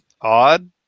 Odd